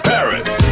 Paris